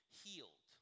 healed